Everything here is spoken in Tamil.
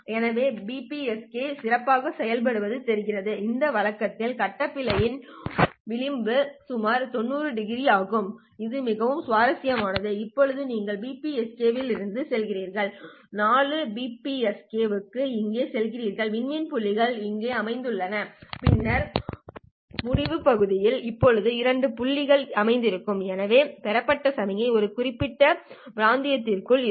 எனவே BPSK சிறப்பாக செயல்படுவதாகத் தெரிகிறது மற்றும் இந்த வழக்கில் கட்டப் பிழையின் விளிம்பு சுமார் 90 டிகிரி ஆகும் இது மிகவும் சுவாரஸ்யமானது இப்போது நீங்கள் BPSK இலிருந்து செல்கிறீர்கள் 4 PSK க்கு இங்கே செல்கிறீர்கள் விண்மீன் புள்ளிகள் இங்கே அமைந்துள்ளன பின்னர் முடிவு பகுதிகள் இப்போது இந்த புள்ளிகளில் அமைந்திருக்கும் எனவே பெறப்பட்ட சமிக்ஞை இந்த குறிப்பிட்ட பிராந்தியத்திற்குள் இருக்கும்